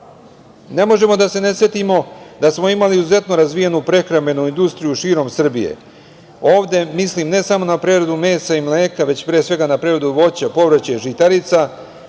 možemo a da se ne setimo da smo imali izuzetno razvijenu prehrambenu industriju širom Srbije. Ovde mislim ne samo na preradu mesa i mleka, već pre svega na preradu voća, povrća i žitarica.